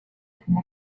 como